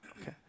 Okay